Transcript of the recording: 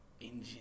Engine